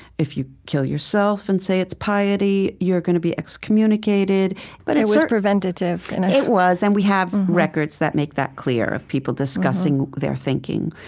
if you kill yourself and say it's piety, you're going to be excommunicated but it was preventative and it was. and we have records that make that clear, of people discussing their thinking.